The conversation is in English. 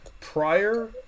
prior